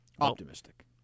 Optimistic